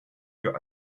für